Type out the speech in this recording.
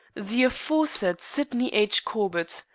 the aforesaid sydney h. corbett.